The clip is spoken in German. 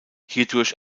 hierdurch